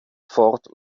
fort